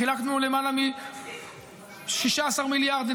חילקנו למעלה מ-16 מיליארד,